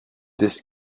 this